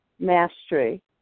Mastery